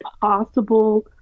possible